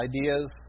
ideas